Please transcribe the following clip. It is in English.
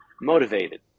motivated